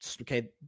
Okay